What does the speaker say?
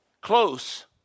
Close